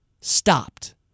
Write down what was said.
Stopped